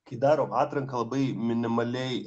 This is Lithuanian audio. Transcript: kai darom atranką labai minimaliai